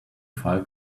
file